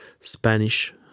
spanish